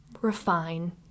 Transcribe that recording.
refine